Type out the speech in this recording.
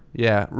yeah.